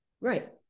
right